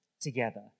together